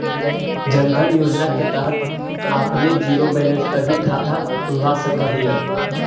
जन धन योजना के तहत आपने जीरो बैलेंस पर भी खाता खुलवा सकऽ हिअ